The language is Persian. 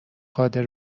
قادر